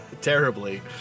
terribly